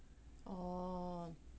oh